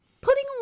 putting